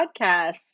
podcast